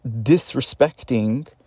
disrespecting